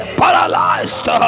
paralyzed